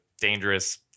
dangerous